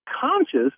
conscious